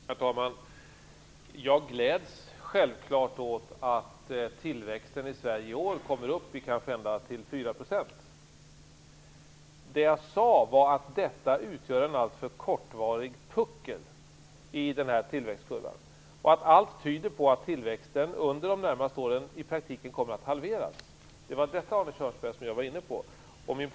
Herr talman! Jag gläds självklart över att tillväxten i Sverige i år kanske kommer upp till 4 %. Jag sade att detta utgör en alltför kortvarig puckel i tillväxtkurvan. Allt tyder på att tillväxten under de närmaste åren i praktiken kommer att halveras. Det var det som jag var inne på, Arne Kjörnsberg!